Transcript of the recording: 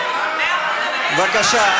בבקשה.